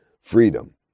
freedom